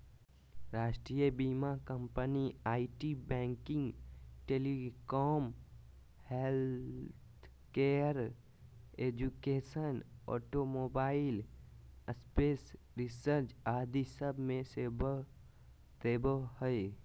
राष्ट्रीय बीमा company IT, banking, telecom, healthcare, education, automobile, space research आदि सब मे सेवा देवो हय